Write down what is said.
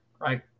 right